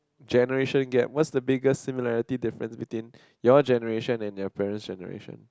generation gap what is the biggest similarity difference between your generation and your parent generation